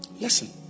Listen